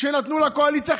כשנתנו לקואליציה,